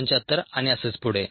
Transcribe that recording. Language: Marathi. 75 आणि असेच पुढे